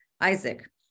Isaac